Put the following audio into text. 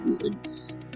woods